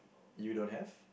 you don't have